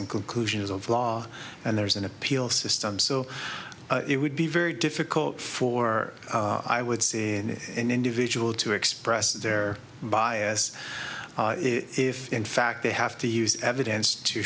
conclusions of law and there's an appeal system so it would be very difficult for i would say in an individual to express their bias if in fact they have to use evidence to